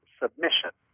submission